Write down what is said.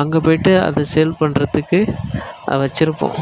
அங்கே போய்ட்டு அதை சேல் பண்ணுறதுக்கு அதை வச்சிருப்போம்